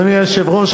אדוני היושב-ראש,